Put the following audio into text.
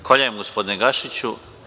Zahvaljujem, gospodine Gašiću.